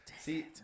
See